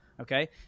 okay